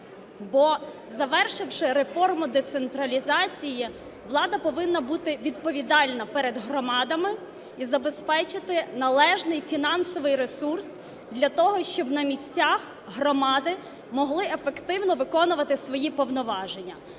Бо, завершивши реформу децентралізації, влада повинна бути відповідальна перед громадами і забезпечити належний фінансовий ресурс для того, щоб на місцях громади могли ефективно виконувати свої повноваження.